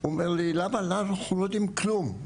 הוא אומר לי, למה אנחנו לא יודעים כלום?